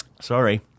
Sorry